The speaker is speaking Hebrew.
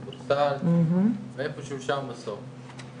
כדורסל ואיפשהו שם בסוף,